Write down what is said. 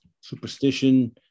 Superstition